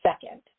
Second